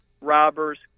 robbers